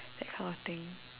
that kind of thing